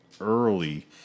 early